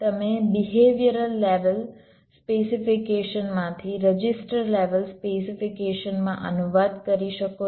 તમે behavioural level specification માંથી register level સ્પેસિફિકેશનમાં અનુવાદ કરી શકો છો